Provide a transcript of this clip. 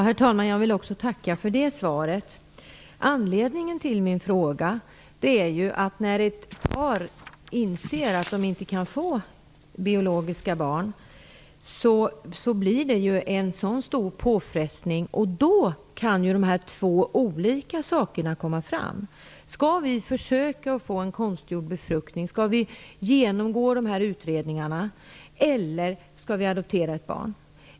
Herr talman! Jag vill tacka också för det här svaret. Anledningen till min fråga är att det för ett par som inser att de inte kan få barn på biologisk väg blir en så stor påfrestning att de söker något av de här två alternativen: Skall vi försöka få en konstgjord befruktning och genomgå de här utredningarna? Eller skall vi adoptera ett barn?